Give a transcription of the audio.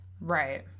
Right